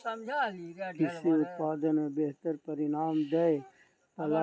कृषि उत्पादन मे बेहतर परिणाम दै बला अनेक उपकरण बाजार मे उपलब्ध छै